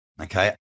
okay